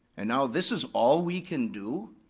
and now this is all we can do?